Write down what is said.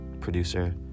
producer